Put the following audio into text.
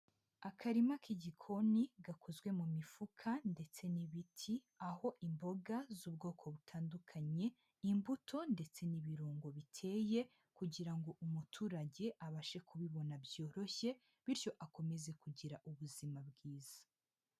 Akarima k'igikoni gakozwe mu mifuka ndetse n'ibiti, aho imboga z'ubwoko butandukanye, imbuto ndetse n'ibirungo biteye kugira ngo umuturage abashe kubibona byoroshye bityo akomeze kugira ubuzima bwiza.